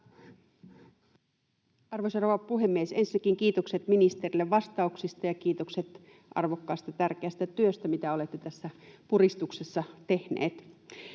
rouva puhemies! Ensinnäkin kiitokset ministerille vastauksista ja kiitokset arvokkaasta tärkeästä työstä, mitä olette tässä puristuksessa tehnyt.